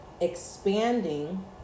expanding